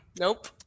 Nope